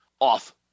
off